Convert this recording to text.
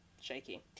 shaky